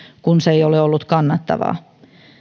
kun se ei ole ollut kannattavaa